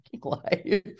life